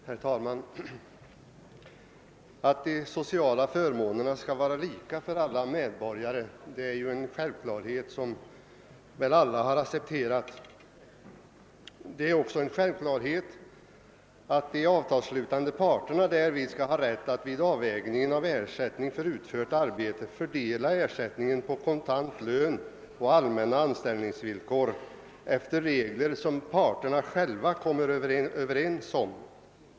Herr talman! Att de sociala förmånerna skall vara lika för samtliga medborgare är en självklarhet som alla accepterat. Det är också en självklarhet att de avtalsslutande parterna skall ha rätt att vid avvägningen av ersättningen för utfört arbete fördela ersättningen på kontantlön och allmänna anställningsvillkor efter regler som parterna själva kommer överens om.